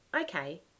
okay